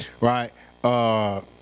Right